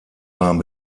waren